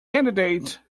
candidate